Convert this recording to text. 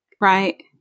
right